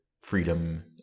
freedom